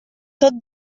tot